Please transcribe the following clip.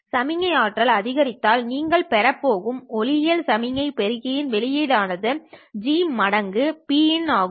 சமிக்ஞை ஆற்றல் அதிகரித்ததால் நீங்கள் பெறப் போகும் ஒளியியல் சமிக்ஞை பெருக்கியின் வெளியீடு ஆனது G மடங்கு Pin ஆகும்